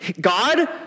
God